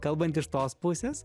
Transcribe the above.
kalbant iš tos pusės